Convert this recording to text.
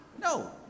No